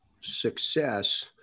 success